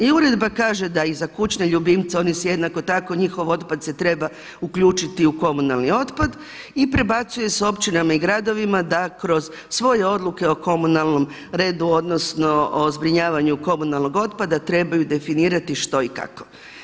I uredba kaže da i za kućne ljubimce, oni su jednako tako, njihov otpad se treba uključiti u komunalni otpad i prebacuje se općinama i gradovima da kroz svoje odluke o komunalnom redu, odnosno o zbrinjavanju komunalnog otpada trebaju definirati što i kako.